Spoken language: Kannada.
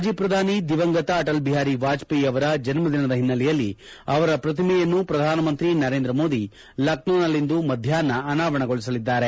ಮಾಜಿ ಪ್ರಧಾನಿ ದಿವಂಗತ ಅಟಲ್ ಬಿಹಾರಿ ವಾಜಪೇಯಿ ಅವರ ಜಿನ್ಮದಿನದ ಹಿನ್ನೆಲೆಯಲ್ಲಿ ಅವರ ಪ್ರತಿಮೆಯನ್ನು ಪ್ರಧಾನಮಂತ್ರಿ ನರೇಂದ್ರ ಮೋದಿ ಲಕ್ಕೋನಲ್ಲಿಂದು ಮಧ್ಯಾಹ್ನ ಅನಾವರಣಗೊಳಿಸಲಿದ್ದಾರೆ